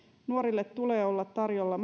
nuorille tulee olla tarjolla